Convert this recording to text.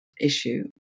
issue